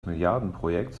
milliardenprojektes